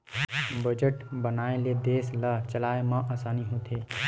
budget बनाए ले देस ल चलाए म असानी होथे